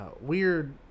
weird